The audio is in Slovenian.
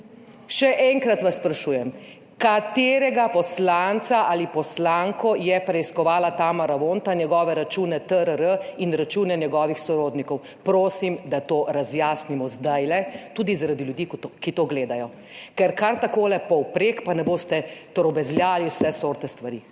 Še enkrat vas sprašujem, katerega poslanca ali poslanko je preiskovala Tamara Vonta, njegove račun TRR in račune njegovih sorodnikov. Prosim, da to razjasnimo zdajle tudi zaradi ljudi, ki to gledajo. Ker kar takole povprek pa ne boste trobezljali vse sorte stvari!